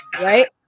Right